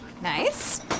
Nice